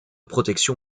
protection